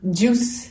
juice